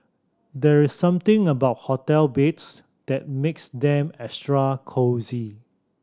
there's something about hotel beds that makes them extra cosy